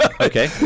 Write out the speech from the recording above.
okay